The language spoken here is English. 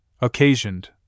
occasioned